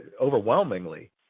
overwhelmingly